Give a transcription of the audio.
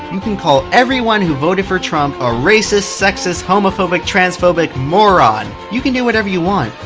you can call everyone who voted for trump a racist, sexist, homophobic, transphobic moron. you can do whatever you want.